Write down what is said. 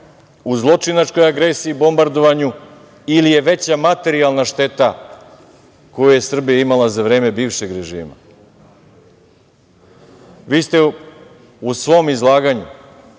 u zločinačkoj agresiji, bombardovanju ili je veća materijalna šteta koju je Srbija imala za vreme bivšeg režima? Vi ste u svom izlaganju